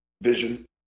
Vision